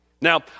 Now